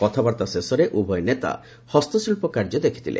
କଥାବାର୍ତ୍ତା ଶେଷରେ ଉଭୟ ନେତା ହସ୍ତଶିଳ୍ପ କାର୍ଯ୍ୟ ଦେଖିଥିଲେ